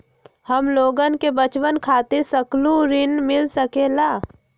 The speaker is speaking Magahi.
हमलोगन के बचवन खातीर सकलू ऋण मिल सकेला?